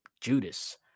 Judas